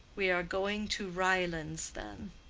we are going to ryelands then.